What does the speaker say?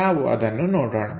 ನಾವು ಅದನ್ನು ನೋಡೋಣ